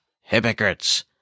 hypocrites